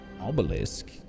obelisk